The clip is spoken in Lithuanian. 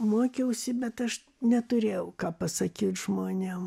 mokiausi bet aš neturėjau ką pasakyt žmonėm